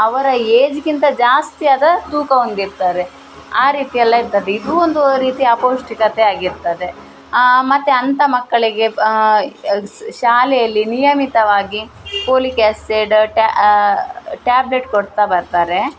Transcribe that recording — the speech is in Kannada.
ಅವರ ಏಜ್ಗಿಂತ ಜಾಸ್ತಿ ಆದ ತೂಕ ಹೊಂದಿರ್ತಾರೆ ಆ ರೀತಿಯೆಲ್ಲ ಇರ್ತದೆ ಇದೂ ಒಂದು ರೀತಿಯ ಅಪೌಷ್ಟಿಕತೆ ಆಗಿರ್ತದೆ ಮತ್ತು ಅಂಥ ಮಕ್ಕಳಿಗೆ ಶಾಲೆಯಲ್ಲಿ ನಿಯಮಿತವಾಗಿ ಪೋಲಿಕ್ ಆ್ಯಸಿಡ್ ಟ್ಯಾ ಟ್ಯಾಬ್ಲೆಟ್ ಕೊಡ್ತಾ ಬರ್ತಾರೆ